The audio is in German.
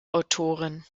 autorin